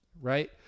right